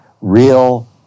real